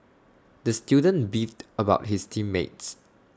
the student beefed about his team mates